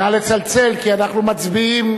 נא לצלצל כי אנחנו מצביעים